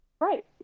right